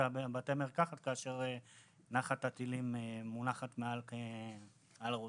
בתי המרקחת כאשר נחת הטילים מונחת על ראשינו.